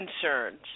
concerns